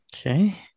Okay